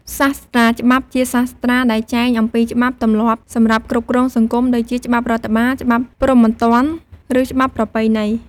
សាស្ត្រាច្បាប់ ជាសាស្ត្រាដែលចែងអំពីច្បាប់ទម្លាប់សម្រាប់គ្រប់គ្រងសង្គម ដូចជាច្បាប់រដ្ឋបាល ច្បាប់ព្រហ្មទណ្ឌ ឬច្បាប់ប្រពៃណី។